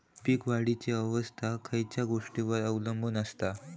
पीक वाढीची अवस्था खयच्या गोष्टींवर अवलंबून असता?